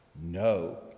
No